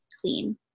clean